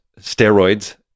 steroids